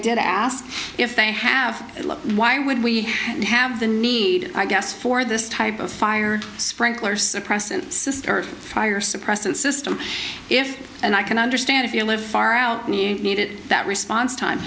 did ask if they have why would we have the need i guess for this type of fire sprinkler suppressant sister fire suppressant system if and i can understand if you live far out need it that response time